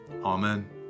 Amen